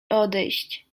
odejść